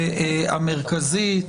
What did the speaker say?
הבחירות המרכזית,